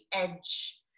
edge